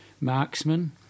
marksman